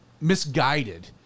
misguided